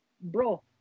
bro